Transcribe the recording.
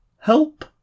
Help